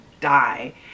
die